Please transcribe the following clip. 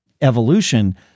evolution